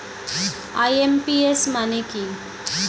IMPS মানে কি?